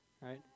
right